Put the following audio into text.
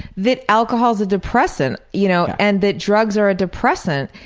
that alcohol is a depressant you know and that drugs are a depressant,